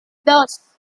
dos